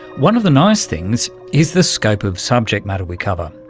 one of the nice things is the scope of subject matter we cover,